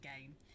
game